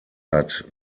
hat